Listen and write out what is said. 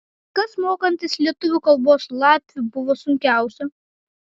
kas mokantis lietuvių kalbos latviui buvo sunkiausia